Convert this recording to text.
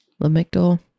Lamictal